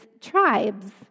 tribes